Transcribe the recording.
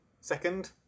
Second